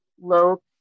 low